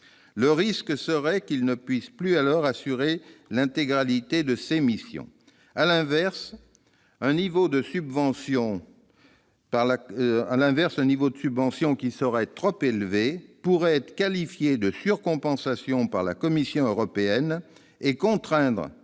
le risque serait qu'il ne puisse plus alors assumer l'intégralité de ses missions. À l'inverse, un niveau de subvention trop élevé pourrait être qualifié de surcompensation par la Commission européenne et contraindre